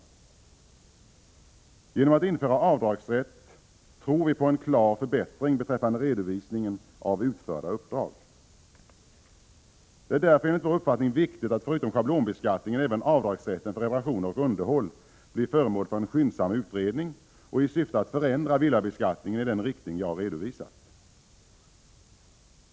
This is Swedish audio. Om avdragsrätt införs tror vi att en klar förbättring kommer att inträffa beträffande redovisningen av utförda uppdrag. Det är därför enligt vår uppfattning viktigt att förutom schablonbeskattningen även avdragsrätten för reparationer och underhåll blir föremål för en skyndsam utredning syftande till att förändra villabeskattningen i den riktning jag har redovisat.